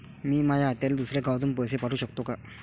मी माया आत्याले दुसऱ्या गावातून पैसे पाठू शकतो का?